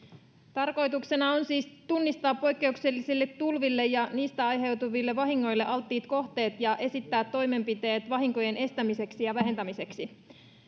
tarkoituksena on siis tunnistaa poikkeuksellisille tulville ja niistä aiheutuville vahingoille alttiit kohteet ja esittää toimenpiteet vahinkojen estämiseksi ja vähentämiseksi